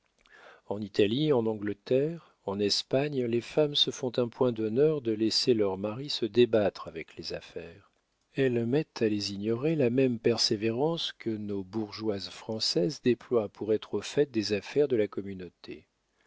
en italie en angleterre en espagne les femmes se font un point d'honneur de laisser leurs maris se débattre avec les affaires elles mettent à les ignorer la même persévérance que nos bourgeoises françaises déploient pour être au fait des affaires de la communauté